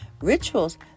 Rituals